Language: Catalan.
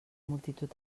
multitud